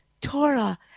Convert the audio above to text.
Torah